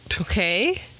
Okay